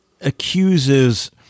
accuses